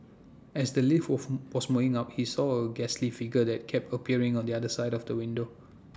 as the lift was moving up he saw A ghastly figure that kept appearing on the other side of the window